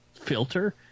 filter